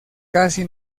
casi